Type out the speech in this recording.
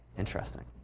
interesting.